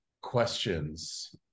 questions